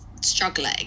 struggling